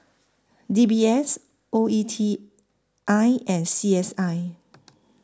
D B S O E T I and C S I